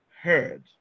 heard